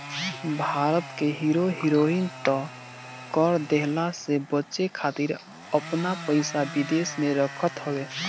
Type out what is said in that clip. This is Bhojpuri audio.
भारत के हीरो हीरोइन त कर देहला से बचे खातिर आपन पइसा विदेश में रखत हवे